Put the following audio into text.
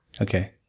okay